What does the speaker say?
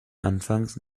anfangs